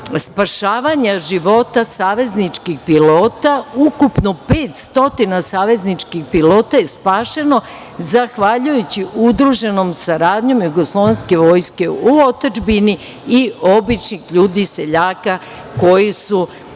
spašavanja života savezničkih pilota. Ukupno 500 savezničkih pilota je spašeno zahvaljujući udruženoj saradnji Jugoslovenske vojske u otadžbini i običnih ljudi, seljaka koji su